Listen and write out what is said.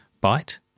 bite